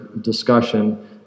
discussion